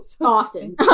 often